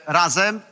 razem